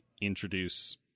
introduce